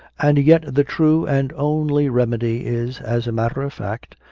and yet the true and only remedy is, as a matter of fact,